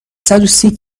صدوسی